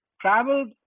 traveled